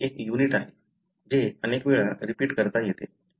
हे एक युनिट आहे जे अनेक वेळा रिपीट करता येते